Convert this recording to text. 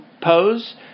pose